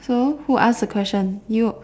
so who ask the question you